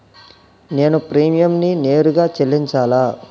నేను ప్రీమియంని నేరుగా చెల్లించాలా?